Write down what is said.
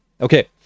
Okay